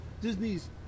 Disney's